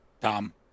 Tom